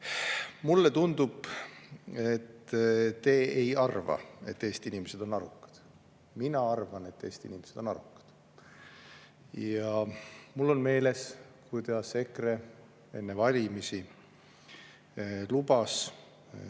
Mulle tundub, et te ei arva, et Eesti inimesed on arukad. Mina arvan, et Eesti inimesed on arukad. Mul on meeles, kuidas EKRE enne valimisi rääkis